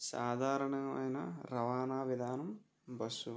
సాధారణమైన రవాణా విధానం బస్సు